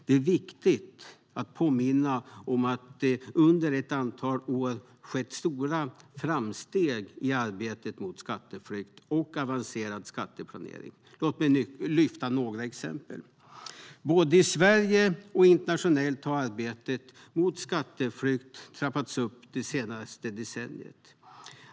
Det är viktigt att påminna om att det under ett antal år har skett stora framsteg i arbetet mot skatteflykt och avancerad skatteplanering. Låt mig lyfta fram några exempel. Både i Sverige och internationellt har arbetet mot skatteflykt trappats upp det senaste decenniet.